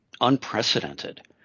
unprecedented